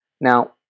Now